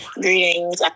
Greetings